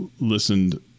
listened